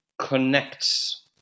connects